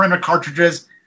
cartridges